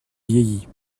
vieillit